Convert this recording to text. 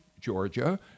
Georgia